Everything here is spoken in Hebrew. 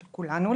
של כולנו,